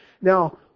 Now